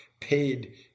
paid